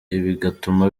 bigatuma